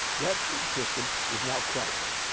that system is now crashing.